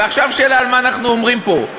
ועכשיו, שאלה על מה אנחנו מדברים פה.